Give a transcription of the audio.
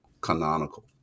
canonical